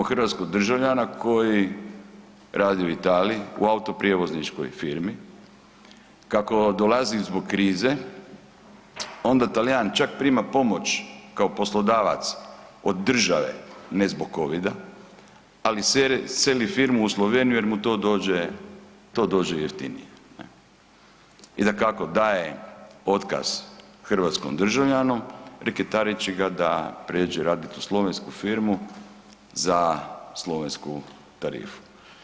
Imamo hrvatskog državljana koji radi u Italiji u autoprijevozničkoj firmi kako dolazi zbog krize onda Talijan čak prima pomoć kao poslodavac od države ne zbog Covida, ali seli firmu u Sloveniju jer mu to dođe, to dođe jeftinije i dakako daje otkaz hrvatskom državljanu reketareći ga da prijeđe raditi u slovensku firmu za slovensku tarifu.